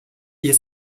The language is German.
ihr